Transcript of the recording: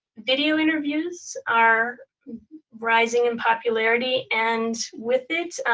video interviews are rising in popularity, and with it,